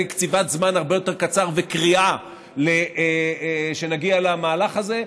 קציבת זמן הרבה יותר קצר וקריאה שנגיע למהלך הזה.